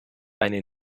eine